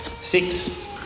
Six